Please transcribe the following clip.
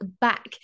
back